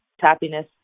happiness